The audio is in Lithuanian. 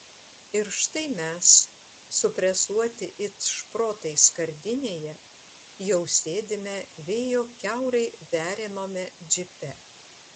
ir štai mes supresuoti it šprotai skardinėje jau sėdime vėjo kiaurai veriamame džipe